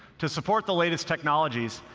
to support the latest technologies,